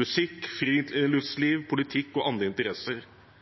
musikk, friluftsliv, politikk og andre interesser.